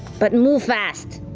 but move fast,